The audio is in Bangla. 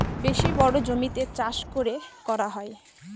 বেশি বড়ো জমিতে চাষ করে করা হয়